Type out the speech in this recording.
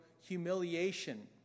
humiliation